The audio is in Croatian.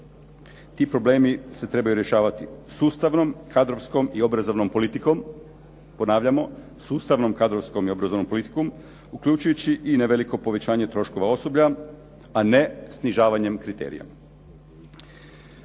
Ti problemi se trebaju rješavati sustavnom kadrovskom i obrazovnom politikom, ponavljamo sustavnom, kadrovskom i obrazovnom politikom uključujući i neveliko povećanje troškova osoblja, a ne snižavanjem kriterija.